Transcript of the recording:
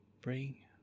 bring